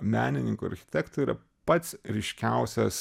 menininkų architektų yra pats ryškiausias